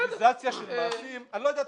על מה הוגש?